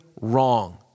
wrong